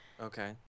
Okay